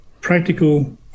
practical